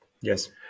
Yes